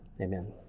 Amen